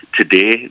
Today